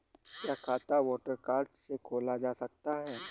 क्या खाता voter card से खोला जा सकता है?